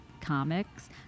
comics